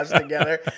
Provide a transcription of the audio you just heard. together